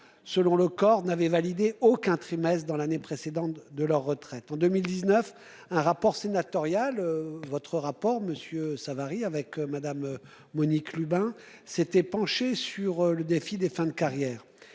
selon le corps n'avait validé aucun trimestres dans l'année précédente, de leur retraite en 2019, un rapport sénatorial votre rapport Monsieur Savary avec Madame Monique Lubin s'était penché sur le défi des fins de carrière.